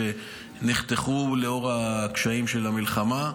שנחתכו בשל הקשיים של המלחמה,